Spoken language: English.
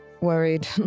worried